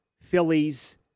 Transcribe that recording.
Phillies